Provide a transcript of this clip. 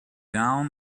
down